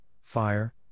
fire